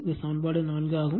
இது சமன்பாடு 4 ஆகும்